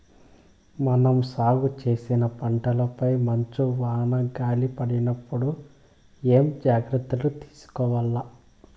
మనం సాగు చేసిన పంటపై మంచు, వాన, గాలి పడినప్పుడు ఏమేం జాగ్రత్తలు తీసుకోవల్ల?